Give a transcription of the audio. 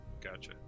Gotcha